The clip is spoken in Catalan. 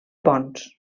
ponts